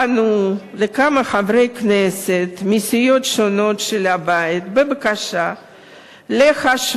פנו לכמה חברי כנסת מסיעות שונות של הבית בבקשה להשוות